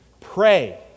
Pray